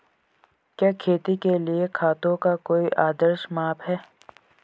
क्या खेती के लिए खेतों का कोई आदर्श माप है?